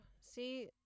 see